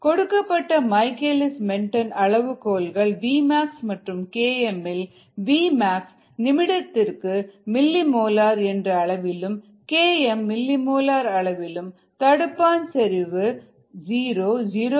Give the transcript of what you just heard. கொடுக்கப்பட்ட Michaelis Menten அளவுகோல்கள் vmaxமற்றும் km இல் vmax நிமிடத்திற்கு மில்லிமோலர் என்ற அளவிலும் km மில்லிமோலர் அளவிலும் தடுப்பான் செறிவு 0